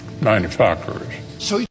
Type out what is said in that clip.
manufacturers